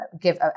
give